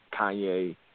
Kanye